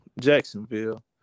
Jacksonville